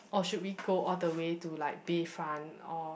or should we go all the way to like Bayfront or